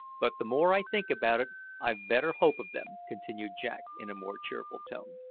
but the more i think about it i've better hope of them, continued jack in a more cheerful tone.